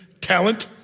talent